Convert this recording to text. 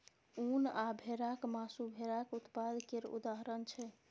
उन आ भेराक मासु भेराक उत्पाद केर उदाहरण छै